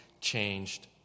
changed